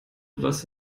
was